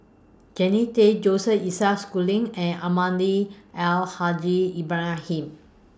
Jannie Tay Joseph Isaac Schooling and Almahdi Al Haj Ibrahim